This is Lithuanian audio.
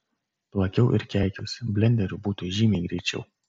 plakiau ir keikiausi blenderiu būtų žymiai greičiau